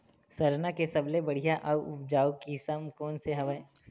सरना के सबले बढ़िया आऊ उपजाऊ किसम कोन से हवय?